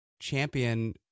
champion